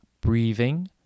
breathing